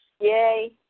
Yay